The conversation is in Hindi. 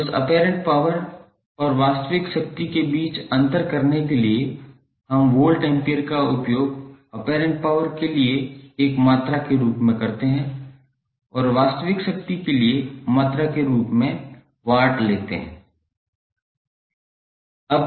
तो बस ऑपेरेंट पावर और वास्तविक शक्ति के बीच अंतर करने के लिए हम वोल्ट एम्पीयर का उपयोग ऑपेरेंट पावर के लिए एक मात्रा के रूप में करते हैं और वास्तविक शक्ति के लिए मात्रा के रूप में वाट लेते हैं